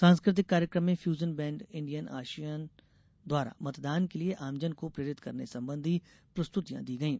सांस्कृतिक कार्यक्रम में फ्यूजन बैंड इंडियन आशियन द्वारा मतदान के लिये आमजन को प्रेरित करने संबंधी प्रस्तुतियां दी गयी